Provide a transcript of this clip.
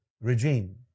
regime